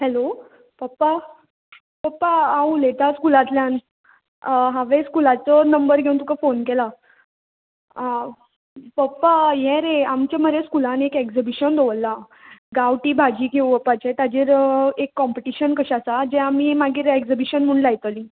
hello पप्पा पप्पा आंव उलयतां स्कुलातल्यान हांवें स्कुलाचो नंबर घेवन तुका फोन केला पप्पा यें रे आमचे मरे स्कुलान एक एग्जिबिशन दवरल्लां गांवटी भाजी घेवपाची ताजेर एक कॉम्पिटिशन कशें आसा जें आमी मागीर एग्जिबिशन म्हूण लायतली